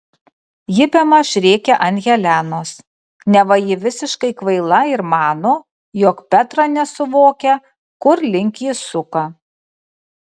ji bemaž rėkia ant helenos neva ji visiškai kvaila ir mano jog petra nesuvokia kur link ji suka